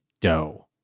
dough